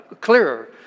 clearer